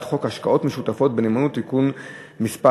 חוק השקעות משותפות בנאמנות (תיקון מס'